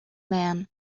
man